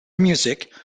music